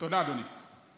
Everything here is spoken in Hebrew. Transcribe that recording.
תודה, אדוני.